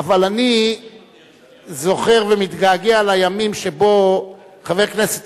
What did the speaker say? אבל אני זוכר ומתגעגע לימים שבהם חבר הכנסת